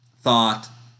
thought